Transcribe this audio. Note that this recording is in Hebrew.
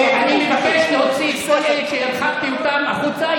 אני מבקש להרחיק את כל אלה שהוצאתי החוצה.